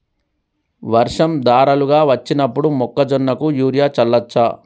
వర్షం ధారలుగా వచ్చినప్పుడు మొక్కజొన్న కు యూరియా చల్లచ్చా?